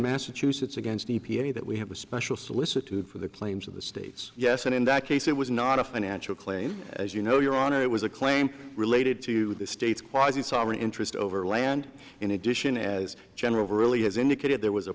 massachusetts against e p a that we have a special solicitude for the claims of the states yes and in that case it was not a financial claim as you know your honor it was a claim related to the state's kweisi sovereign interest over land in addition as general really has indicated there was a